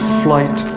flight